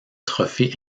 trophée